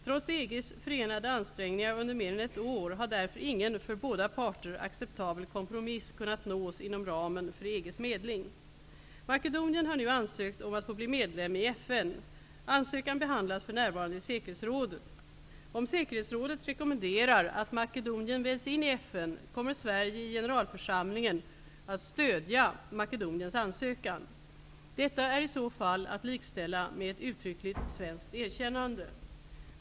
Trots EG:s förenade ansträngningar under mer än ett år har därför ingen för båda parter acceptabel kompromiss kunnat nås inom ramen för EG:s medling. Makedonien har nu ansökt om att få bli medlem i FN. Ansökan behandlas för närvarande i säkerhetsrådet. Om säkerhetsrådet rekommenderar att Makedonien väljs in i FN, kommer Sverige i generalförsamlingen att stödja Makedoniens ansökan. Detta är i så fall att likställa med ett uttryckligt svenskt erkännande.